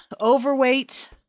overweight